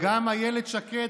גם אילת שקד,